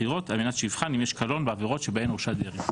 הבחירות על מנת שיבחן אם יש קלון בעבירות שבהן הורשע דרעי.